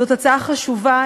זו הצעה חשובה,